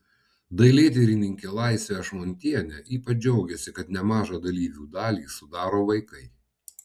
dailėtyrininkė laisvė ašmontienė ypač džiaugėsi kad nemažą dalyvių dalį sudaro vaikai